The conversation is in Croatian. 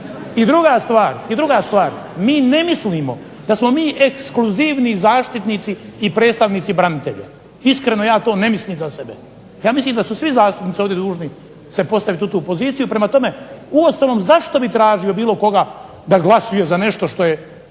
I druga stvar, mi ne mislimo da smo mi ekskluzivni zaštitnici i predstavnici branitelja. Iskreno, ja to ne mislim za sebe. Ja mislim da su svi zastupnici ovdje dužni se postaviti u tu poziciju. Prema tome, uostalom zašto bi tražio bilo koga da glasuje za nešto što je